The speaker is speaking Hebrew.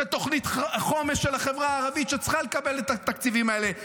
זה תוכנית החומש של החברה הערבית שצריכה לקבל את התקציבים האלה,